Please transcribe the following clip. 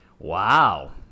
Wow